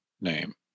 name